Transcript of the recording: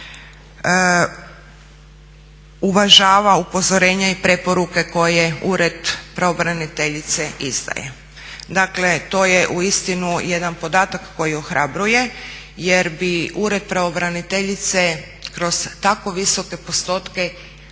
uvažava upozorenja i preporuke koje Ured pravobraniteljice izdaje. Dakle, to je uistinu jedan podatak koji ohrabruje jer Ured pravobraniteljice kroz tako visoke postotke